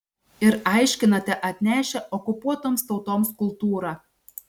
ir aiškinate atnešę okupuotoms tautoms kultūrą